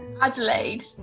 Adelaide